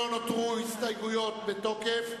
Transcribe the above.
ההסתייגות לא נתקבלה.